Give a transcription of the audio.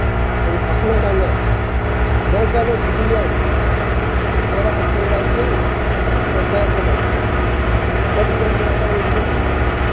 अ'ऊं आखना चाह्नां बैंक आह्ले ओ सुधरी जाओ तुस अगर अस अपनी र आइये नी थोआड़ा बैंक गै बंद कराउड़ना एह् बड़ी गंदी आदतां ना